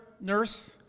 nurse